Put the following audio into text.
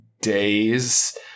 days